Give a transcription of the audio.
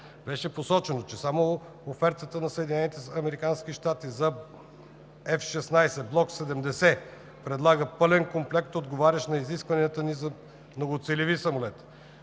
Беше посочено, че само офертата на САЩ за F-16 Block 70 предлага пълен комплект, отговарящ на изискванията ни за многоцелеви самолет.